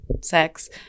sex